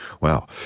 Wow